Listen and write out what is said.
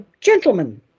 gentlemen